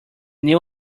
new